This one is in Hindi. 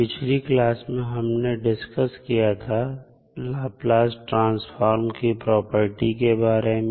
पिछली क्लास में हमने डिस्कस किया था लाप्लास ट्रांसफार्म की प्रॉपर्टी के बारे में